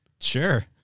Sure